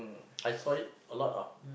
I saw it a lot of